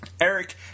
Eric